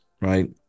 right